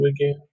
again